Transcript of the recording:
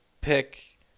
pick